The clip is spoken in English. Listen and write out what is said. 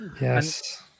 Yes